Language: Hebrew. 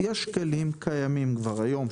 יש כלים קיימים כבר היום.